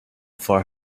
for